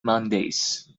mondays